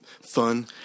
fun